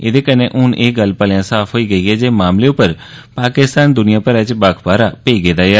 एह्दे कन्नै हून एह् गल्ल भलेआं साफ होई गेई ऐ जे इस मामले उप्पर पाकिस्तान द्निया भरै च बक्ख बाहर पेई गेदा ऐ